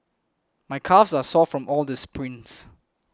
my calves are sore from all the sprints